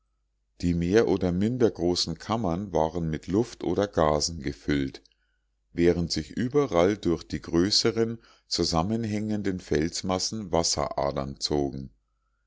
die mehr oder minder großen kammern waren mit luft oder gasen gefüllt während sich überall durch die größeren zusammenhängenden felsmassen wasseradern zogen